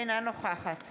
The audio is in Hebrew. אינה נוכחת